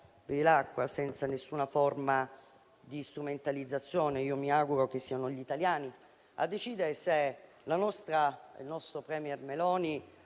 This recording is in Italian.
senza nessuna forma di strumentalizzazione. Io mi auguro che siano gli italiani a decidere se il nostro *premier* Meloni